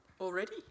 already